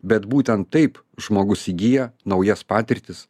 bet būtent taip žmogus įgyja naujas patirtis